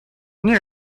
nie